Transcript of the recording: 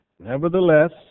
Nevertheless